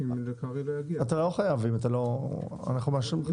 אתה לא חייב, אנחנו מאשרים לך.